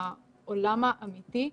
לעולם האמיתי,